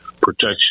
protection